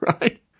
right